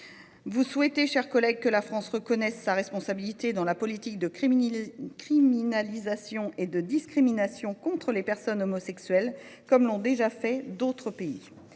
Vous souhaitez, mon cher collègue, que la France reconnaisse sa responsabilité dans la politique de criminalisation et de discrimination des personnes homosexuelles, comme d’autres pays